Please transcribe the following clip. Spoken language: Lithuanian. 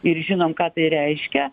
ir žinom ką tai reiškia